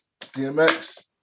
DMX